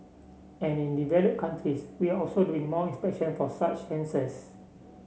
and in developed countries we are also doing more inspection for such cancers